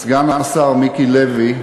סגן השר מיקי לוי.